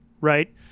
right